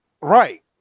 Right